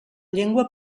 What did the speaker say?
llengua